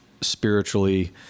spiritually